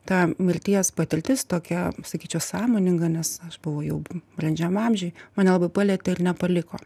ta mirties patirtis tokia sakyčiau sąmoninga nes aš buvau jau brandžiam amžiuj mane labai palietė ir nepaliko